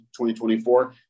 2024